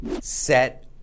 set